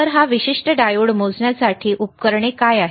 तर हा विशिष्ट डायोड मोजण्यासाठी उपकरणे काय आहेत